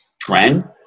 Trend